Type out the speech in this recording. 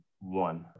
one